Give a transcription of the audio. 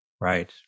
Right